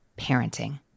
parenting